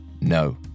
no